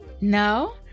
No